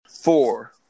Four